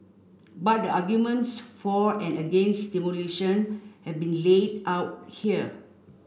but the arguments for and against demolition have been laid out here